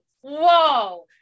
Whoa